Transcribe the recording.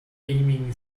aiming